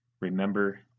remember